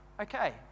okay